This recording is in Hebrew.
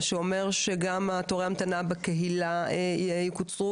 מה שאומר שגם תורי ההמתנה בקהילה יקוצרו,